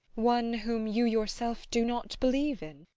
one whom you yourself do not believe in?